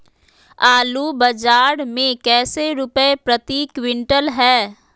आलू बाजार मे कैसे रुपए प्रति क्विंटल है?